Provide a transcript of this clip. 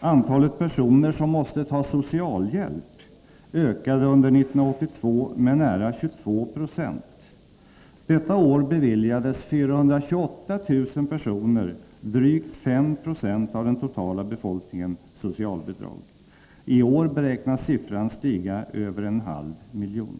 Antalet personer som måste få socialhjälp ökade under 1982 med nära 22 Jo. Det året beviljades 428 000 personer, drygt 5 20 av den totala befolkningen, socialbidrag. I år beräknas antalet stiga till över en halv miljon.